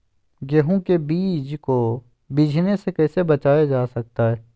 गेंहू के बीज को बिझने से कैसे बचाया जा सकता है?